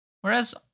Whereas